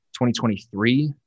2023